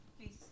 Please